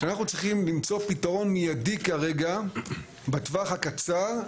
שאנחנו צריכים למצוא פתרון מיידי כרגע בטווח הקצר,